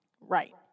Right